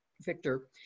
Victor